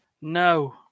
No